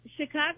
Chicago